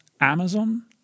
Amazon